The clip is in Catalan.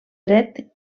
dret